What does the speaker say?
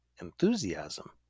enthusiasm